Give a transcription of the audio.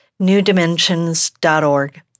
newdimensions.org